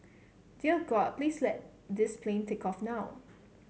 dear god please let this plane take off now